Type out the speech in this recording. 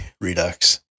Redux